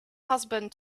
husband